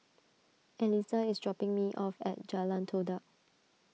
Elizah is dropping me off at Jalan Todak